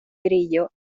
grillo